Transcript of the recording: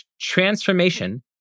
transformation